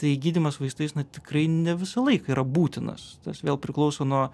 tai gydymas vaistais na tikrai ne visą laiką yra būtinas tas vėl priklauso nuo